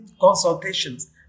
consultations